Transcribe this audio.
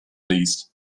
least